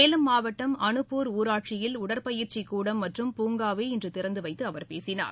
சேலம் மாவட்டம் அனுப்பூர் ஊராட்சியில் உடற்பயிற்சி கூடம் மற்றும் பூங்காவை இன்று திறந்து வைத்து அவர் பேசினார்